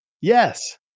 Yes